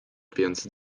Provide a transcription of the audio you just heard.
więc